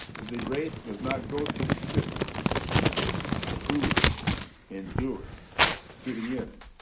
the grace does not go to the swiftest but who endures to the end.